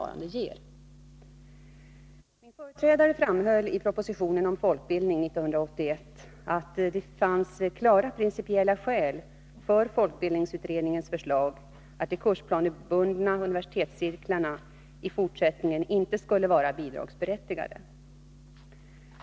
Min företrädare framhöll i propositionen om folkbildning 1981 att det fanns klara principiella skäl för folkbildningsutredningens förslag att de kursplanebundna universitetscirklarna i fortsättningen inte skulle vara bidragsberättigade.